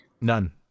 None